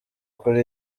kuri